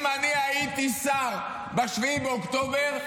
אם אני הייתי שר ב-7 באוקטובר,